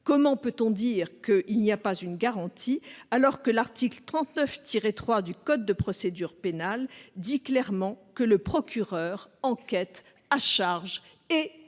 Comment peut-on dire qu'il n'y a pas de garantie, alors que l'article 39-3 du code de procédure pénale précise clairement que le procureur enquête « à charge et à décharge